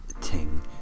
ting